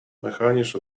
mechanisch